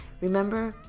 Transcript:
Remember